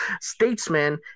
statesman